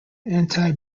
anti